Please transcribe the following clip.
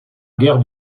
guerre